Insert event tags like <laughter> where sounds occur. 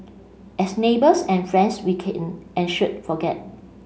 as neighbours and friends we can <hesitation> and should forget